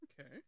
Okay